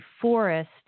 forest